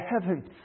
heavens